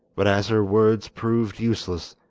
but as her words proved useless,